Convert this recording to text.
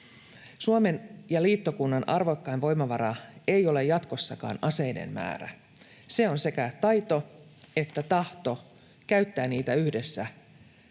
Suomen ja liittokunnan arvokkain voimavara ei ole jatkossakaan aseiden määrä — se on sekä taito että tahto käyttää niitä yhdessä